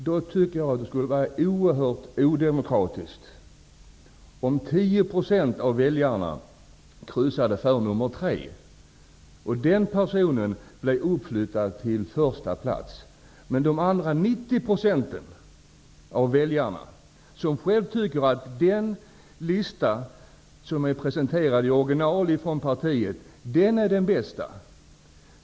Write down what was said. Om då 10 % av väljarna kryssade för nummer 3 tycker jag att det skulle vara oerhört odemokratiskt att den personen flyttas upp till första plats, när 90 % av väljarna tycker att den lista som är presenterad i original från partiet är den bästa.